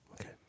Okay